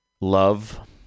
Love